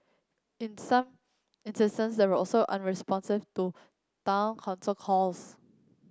in some instances they were also unresponsive to town council calls